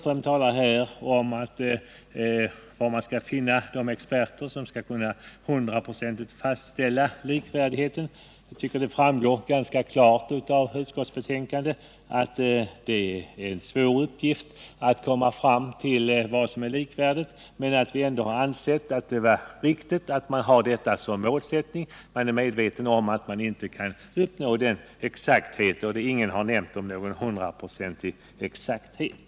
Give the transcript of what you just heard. Kurt Söderström frågade var man skall finna de experter som hundraprocentigt skall kunna fastställa likvärdigheten. Det framgår ganska klart av utskottets skrivning att det är en svår uppgift att komma fram till vad som är likvärdigt men att utskottet ändå har ansett det vara riktigt att ha likvärdighet som målsättning. Utskottsmajoriteten är medveten om att man aldrig kan uppnå någon exakt likvärdighet, och den har inte heller ställt krav på någon hundraprocentig exakthet.